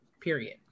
Period